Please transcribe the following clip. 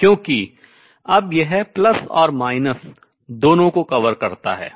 क्योंकि अब यह प्लस और माइनस दोनों को कवर करता है